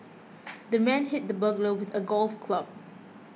the man hit the burglar with a golf club